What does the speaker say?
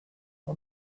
how